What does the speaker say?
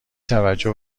توجه